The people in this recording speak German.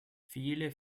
viele